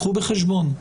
קחו בחשבון.